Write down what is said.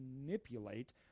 manipulate